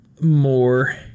more